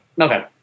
Okay